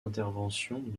interventions